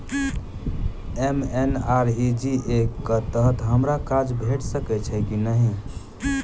MNREGA कऽ तहत हमरा काज भेट सकय छई की नहि?